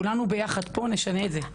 כולנו פה ביחד נשנה את זה.